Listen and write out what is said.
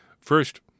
First